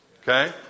Okay